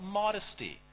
modesty